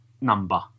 number